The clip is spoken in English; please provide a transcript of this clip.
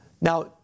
Now